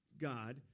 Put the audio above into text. God